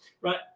right